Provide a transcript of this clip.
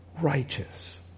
righteous